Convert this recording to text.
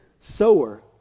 sower